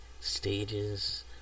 stages